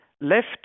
left